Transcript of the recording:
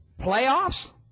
Playoffs